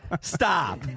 stop